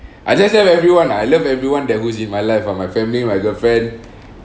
I just tell everyone lah I love everyone that who's in my life ah my family my girlfriend